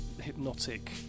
hypnotic